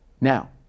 Now